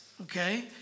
okay